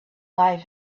life